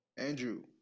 Andrew